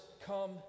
come